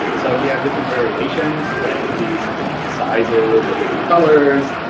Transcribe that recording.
so if you have different variations that could be something like sizes or different colors,